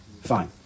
Fine